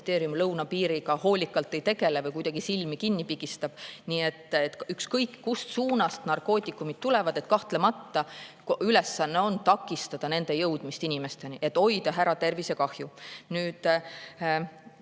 lõunapiiriga hoolikalt ei tegele või kuidagi silmi kinni pigistab. Ükskõik, kust suunast narkootikumid tulevad, kahtlemata on ülesanne takistada nende jõudmist inimesteni, et hoida ära tervisekahju. Nüüd,